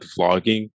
vlogging